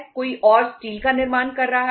कोई और कांच का निर्माण कर रहा है